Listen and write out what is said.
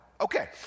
Okay